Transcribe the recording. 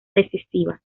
decisiva